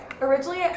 originally